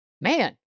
man